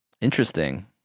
Interesting